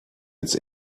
its